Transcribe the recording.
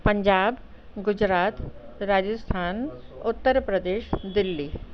Punjab Gujarat Rajasthan Uttar Pradesh Delhi